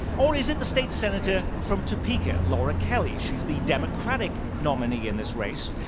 or is it the state senator from topeka laura kelly? she's the democratic nominee in this race.